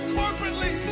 corporately